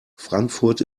frankfurt